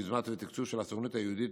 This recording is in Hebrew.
ביוזמה ובתקצוב של הסוכנות היהודית,